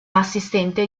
assistente